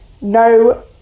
No